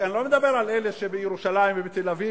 אני לא מדבר על אלה בירושלים ובתל-אביב,